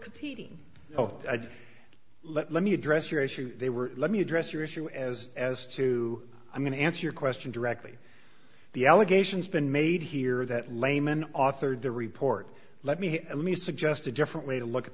competing let me address your issue they were let me address your issue as as to i'm going to answer your question directly the allegations been made here that layman authored the report let me let me suggest a different way to look at